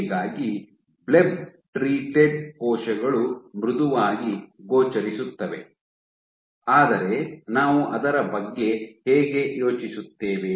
ಹೀಗಾಗಿ bleb treated ಕೋಶಗಳು ಮೃದುವಾಗಿ ಗೋಚರಿಸುತ್ತವೆ ಆದರೆ ನಾವು ಅದರ ಬಗ್ಗೆ ಹೇಗೆ ಯೋಚಿಸುತ್ತೇವೆ